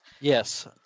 Yes